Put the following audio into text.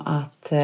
att